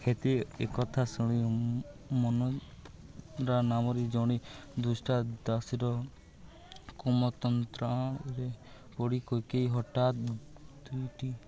ହେତେ ଏକଥା ଶୁଣି ମନ୍ଥରା ନାମରେ ଜଣେ ଦୁଷ୍ଟା ଦାସୀର କୁମନ୍ତ୍ରଣରେ ପଡ଼ିି କୈକେୟୀ ହଠାତ୍ ଦୁଇଟି